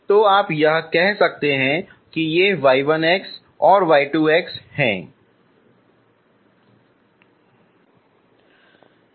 तो आप यह भी कह सकते हैं कि ये y1 और y2 हैं